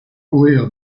courir